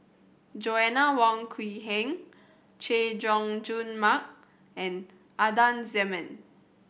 Joanna Wong Quee Heng Chay Jung Jun Mark and Adan Jimenez